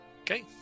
Okay